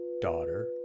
daughter